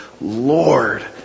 Lord